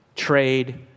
Trade